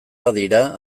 badira